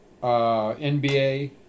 NBA